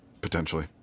Potentially